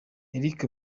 eric